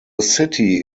city